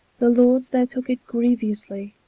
the lords they tooke it grievously,